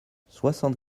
soixante